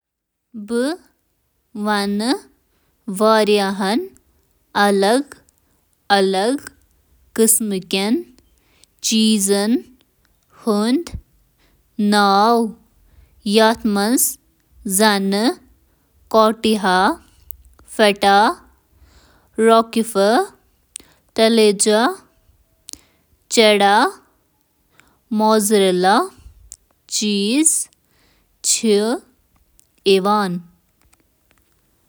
پنیرٕک چھِ واریاہ قٕسٕم، یِمَن منٛز شٲمِل: paneer, mozzarella, brie, gouda, feta تہٕ باقی۔